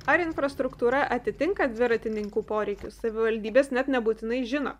ar infrastruktūra atitinka dviratininkų poreikius savivaldybės net nebūtinai žino